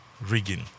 rigging